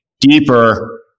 deeper